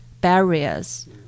barriers